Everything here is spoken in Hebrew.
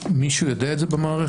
מישהו יודע את זה במערכת?